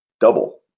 double